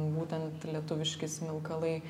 būtent lietuviški smilkalai